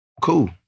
Cool